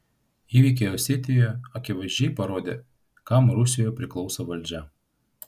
įvykiai osetijoje akivaizdžiai parodė kam rusijoje priklauso valdžia